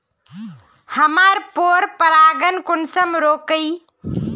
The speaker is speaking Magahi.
हमार पोरपरागण कुंसम रोकीई?